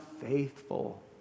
faithful